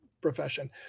profession